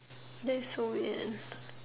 that's so weird